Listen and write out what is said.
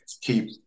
keep